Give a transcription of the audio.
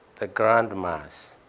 the grandmas?